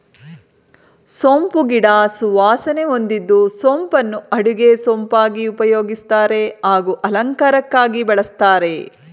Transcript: ಸೋಂಪು ಗಿಡ ಸುವಾಸನೆ ಹೊಂದಿದ್ದು ಸೋಂಪನ್ನು ಅಡುಗೆ ಸೊಪ್ಪಾಗಿ ಉಪಯೋಗಿಸ್ತಾರೆ ಹಾಗೂ ಅಲಂಕಾರಕ್ಕಾಗಿ ಬಳಸ್ತಾರೆ